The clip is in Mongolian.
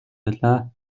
байлаа